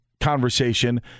conversation